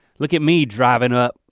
look at me drivin' up,